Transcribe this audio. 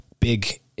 big